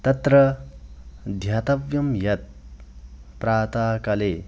तत्र ध्यातव्यं यत् प्रातःकाले